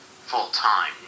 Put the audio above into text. full-time